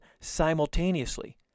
simultaneously